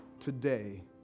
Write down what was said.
today